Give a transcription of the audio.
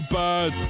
bad